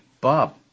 Bob